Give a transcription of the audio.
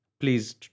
please